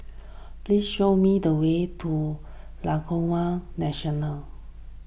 please show me the way to Laguna National